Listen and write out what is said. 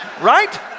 Right